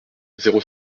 zéro